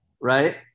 right